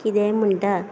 कितेंय म्हणटा